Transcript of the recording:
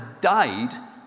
died